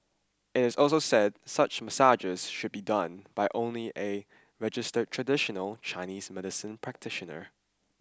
it is also said such massages should be done only by a registered traditional Chinese medicine practitioner